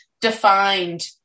defined